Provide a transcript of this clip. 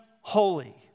holy